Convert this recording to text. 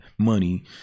money